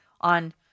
on